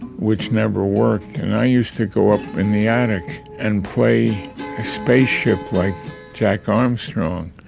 which never worked and i used to go up in the attic and play a spaceship-like jack armstrong.